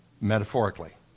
metaphorically